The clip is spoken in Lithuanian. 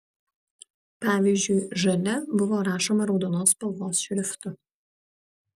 pavyzdžiui žalia buvo rašoma raudonos spalvos šriftu